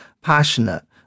passionate